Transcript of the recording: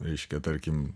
reiškia tarkim